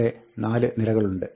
ഇവിടെ 4 നിരകളുണ്ട്